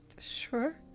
Sure